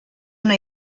una